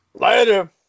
Later